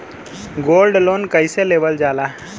Gold loan कईसे लेवल जा ला?